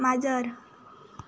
माजर